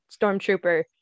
Stormtrooper